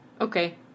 Okay